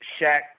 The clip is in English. Shaq –